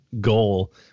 goal